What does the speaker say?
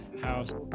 house